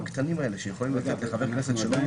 במקום מהמקומות המנויים בתקנה 2(א5) גם חבר בקבוצת תיירים ששמו ומספר